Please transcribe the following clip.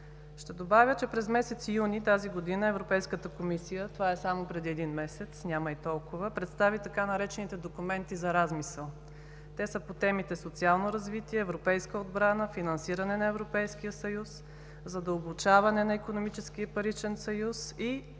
Ще добавя, че през месец юни тази година Европейската комисия – това е само преди един месец, няма и толкова, представи така наречените „документи за размисъл“. Те са по темите „Социално развитие“, „Европейска отбрана“, „Финансиране на Европейския съюз“, „Задълбочаване на икономическия и паричен съюз“ и